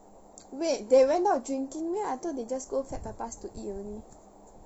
wait they went out drinking meh I thought they just go fat papas to eat only